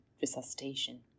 resuscitation